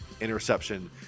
interception